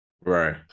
right